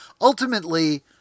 ultimately